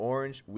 Orange